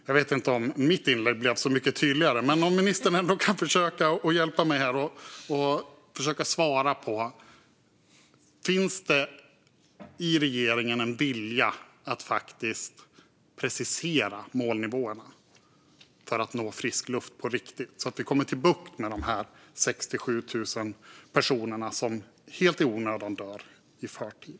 Jag vet inte om mitt eget inlägg blev så mycket tydligare, men ministern kanske kan hjälpa mig och försöka att svara på om det i regeringen finns en vilja att faktiskt precisera målnivåerna för att nå frisk luft på riktigt, så att vi får bukt med de 6 000-7 000 personer som helt i onödan dör i förtid.